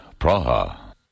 Praha